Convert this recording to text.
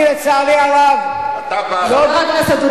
אני, לצערי הרב, לא, אתה בעל ערכים.